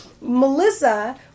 Melissa